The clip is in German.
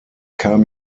kam